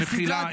במחילה,